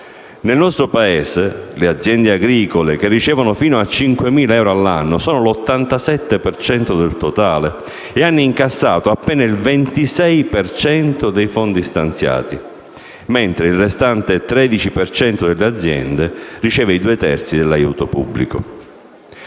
Nel nostro Paese le aziende agricole che ricevono fino a 5.000 euro all'anno sono l'87 per cento del totale e hanno incassato appena il 26 per cento dei fondi stanziati, mentre il restante 13 per cento delle aziende riceve i due terzi dell'aiuto pubblico.